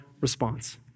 response